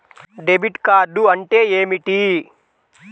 Debit card అంటే ఏమిటి?